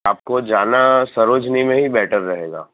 આપકો જાના સરોજની મેં હી બેટર રહેગા